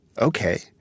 okay